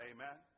Amen